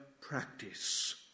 practice